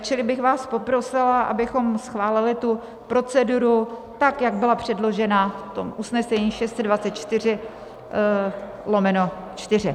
Čili bych vás poprosila, abychom schválili proceduru tak, jak byla předložena v usnesení 624/4.